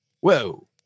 whoa